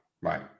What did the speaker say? right